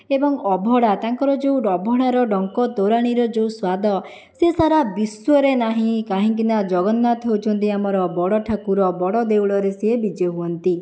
ଏବଂ ଅଭଡ଼ା ତାଙ୍କର ଯେଉଁ ଅଭଡ଼ାର ଡଙ୍କ ତୋରାଣିର ଯେଉଁ ସ୍ୱାଦ ସେ ସାରା ବିଶ୍ୱରେ ନାହିଁ କାହିଁକିନା ଜଗନ୍ନାଥ ହେଉଛନ୍ତି ଆମର ବଡ଼ ଠାକୁର ବଡ଼ ଦେଉଳରେ ସେ ବିଜେ ହୁଅନ୍ତି